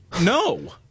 No